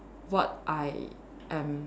what I am